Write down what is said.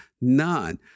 none